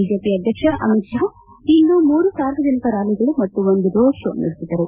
BJP ಅಧ್ಯಕ್ಷ ಅಮಿತ್ ಷಾ ಇಂದು ಮೂರು ಸಾರ್ವಜನಿಕ ರ್ವಾಲಿಗಳು ಮತ್ತು ಒಂದು ರೋಡ್ ಕೊ ನಡೆಸಿದರು